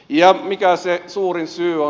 ja mikä se suurin syy on